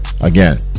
Again